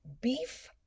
beef